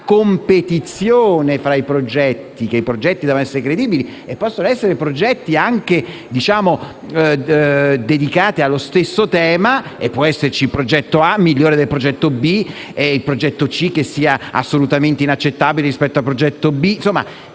una competizione fra i progetti. I progetti devono essere credibili e possono essere anche dedicati allo stesso tema. Può esservi il progetto A migliore del progetto B o il progetto C assolutamente inaccettabile rispetto al progetto B.